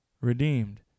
redeemed